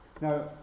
Now